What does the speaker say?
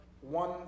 one